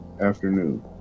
afternoon